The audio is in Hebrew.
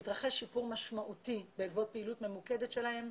התרחש שיפור משמעותי בעקבות פעילות ממוקדת שלהם,